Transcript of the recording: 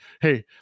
hey